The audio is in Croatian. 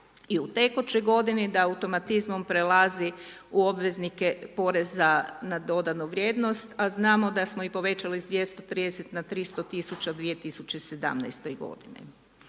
i u tekućoj godini, da automatizmom prelazi u obveznike poreza na dodanu vrijednost, a znamo da smo i povećali s 230 na 300 tisuća u 2017. godini.